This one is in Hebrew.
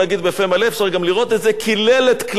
קילל את קללותיו: גזעני,